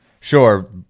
Sure